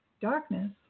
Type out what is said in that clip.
darkness